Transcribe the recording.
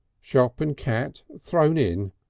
shop and cat thrown in,